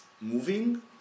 moving